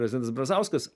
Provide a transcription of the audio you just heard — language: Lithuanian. prezidentas brazauskas